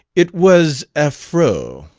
it was affreux.